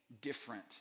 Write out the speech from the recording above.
different